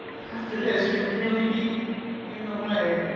after this, she would merely be in the way.